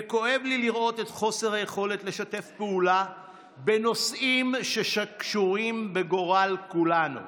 וכואב לי לראות את חוסר היכולת לשתף פעולה בנושאים שקשורים בגורל כולנו.